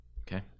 Okay